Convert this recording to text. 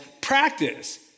practice